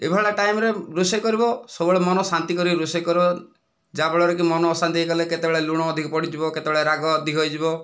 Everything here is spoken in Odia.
ଏଭଳିଆ ଟାଇମରେ ରୋଷେଇ କରିବ ସବୁ ବେଳେ ମନ ଶାନ୍ତି କରିକି ରୋଷେଇ କରିବ ଯାହା ଫଳରେକି ମନ ଅଶାନ୍ତି ହୋଇଗଲେ କେତେବେଳେ ଲୁଣ ଅଧିକ ପଡ଼ିଯିବ କେତେବେଳେ ରାଗ ଅଧିକ ହୋଇଯିବ